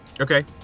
Okay